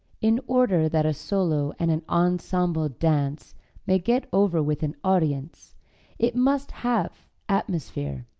in order that a solo and an ensemble dance may get over with an audience it must have atmosphere.